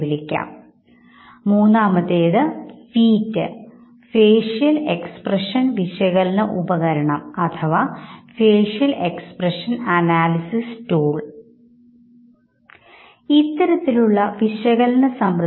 വൈകാരിക അവസ്ഥകൾ മുഖഭാവത്തിലൂടെ പ്രകടിപ്പിക്കുന്നതിന് ആധാരമായ വസ്തുതകൾ വിശകലനം ചെയ്യുന്ന neuro cultural theory of emotion ആണ് ഇവിടെ വിശദീകരിക്കാൻ ശ്രമിക്കുന്നത്